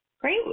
Great